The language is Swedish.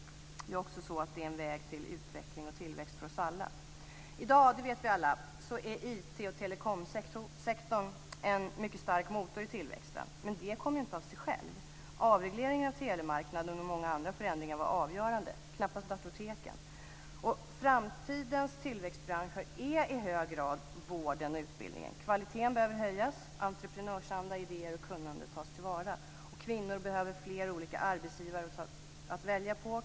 Det är också en väg till utveckling och tillväxt för oss alla. I dag, det vet vi alla, är IT och telekomsektorerna en mycket stark motor i tillväxten, men den kommer ju inte av sig själv. Avregleringar av telemarknaden och många andra förändringar var avgörande, knappast datorteken. Framtidens tillväxtbranscher är i hög grad vården och utbildningen. Kvaliteten behöver höjas och entreprenörsanda, idéer och kunnande tas till vara. Kvinnor behöver fler olika arbetsgivare att välja på.